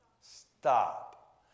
Stop